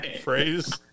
phrase